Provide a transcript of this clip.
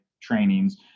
trainings